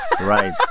Right